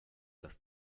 dass